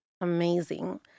Amazing